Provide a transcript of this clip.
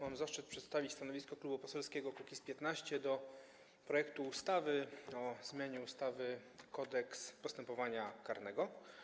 Mam zaszczyt przedstawić stanowisko Klubu Poselskiego Kukiz’15 wobec projektu ustawy o zmianie ustawy Kodeks postępowania karnego.